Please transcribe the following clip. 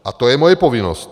A to je moje povinnost.